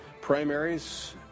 primaries